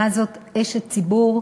מה זאת אשת ציבור?